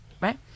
Right